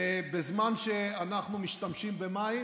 ובזמן שאנחנו משתמשים במים,